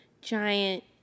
giant